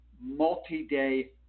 multi-day